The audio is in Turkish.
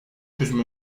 çözüm